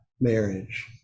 marriage